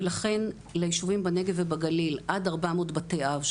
ולכן לישובים בנגב ובגליל עד 400 בתי אב,